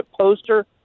poster